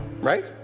right